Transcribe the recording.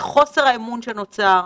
בחוסר האמון שנוצר,